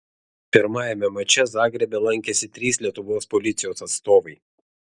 pirmajame mače zagrebe lankėsi trys lietuvos policijos atstovai